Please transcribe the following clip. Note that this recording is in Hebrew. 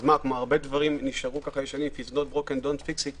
אם זה לא שבור, אל תתקן את זה,